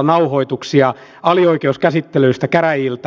varaa ollenkaan nostaakaan